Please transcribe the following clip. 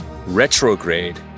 retrograde